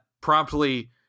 promptly